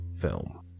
film